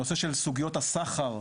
הנושא של סוגיות הסחר,